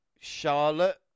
Charlotte